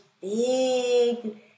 big